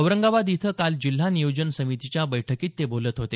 औरंगाबाद इथं काल जिल्हा नियोजन समितीच्या बैठकीत ते बोलत होते